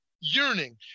yearning